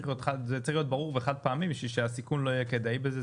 זה צריך להיות ברור וחד-פעמי בשביל שהסיכון לא יהיה כדאי בזה,